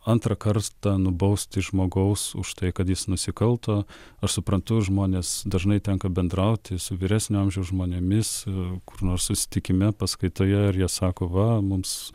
antrą karstą nubausti žmogaus už tai kad jis nusikalto aš suprantu žmones dažnai tenka bendrauti su vyresnio amžiaus žmonėmis kur nors susitikime paskaitoje ir jie sako va mums